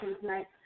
Tonight